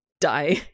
die